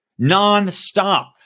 Nonstop